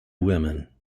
women